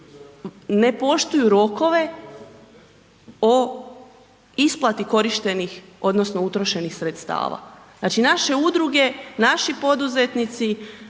ne poštuju rokove o isplati korištenih odnosno utrošenih sredstava. Znači, naše udruge, naši poduzetnici,